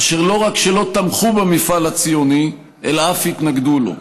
אשר לא רק שלא תמכו במפעל הציוני אלא אף התנגדו לו.